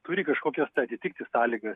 turi kažkokias tai atitikti sąlygas